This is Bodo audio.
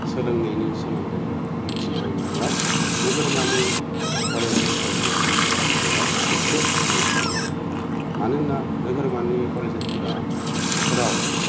सोलोंनायनि सोमोन्दै मोनथिनो मोनैयाव नोगोरमानि फरायसालिफोरजों रुजुनायाव एसे हेंथा जायो मानोना नोगोरमानि फरायसालिफोरा फोराव